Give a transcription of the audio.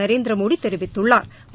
நரேந்திரமோடி தெரிவித்துள்ளாா்